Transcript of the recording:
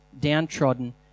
downtrodden